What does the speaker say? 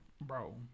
Bro